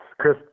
Chris